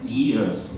years